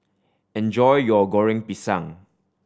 enjoy your Goreng Pisang